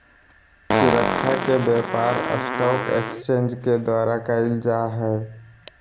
सुरक्षा के व्यापार स्टाक एक्सचेंज के द्वारा क़इल जा हइ